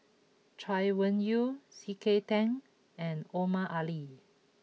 Chay Weng Yew C K Tang and Omar Ali